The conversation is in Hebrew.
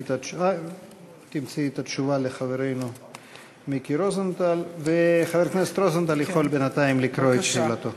חבר הכנסת רוזנטל יכול בינתיים לקרוא את שאלתו.